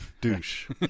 douche